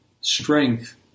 Strength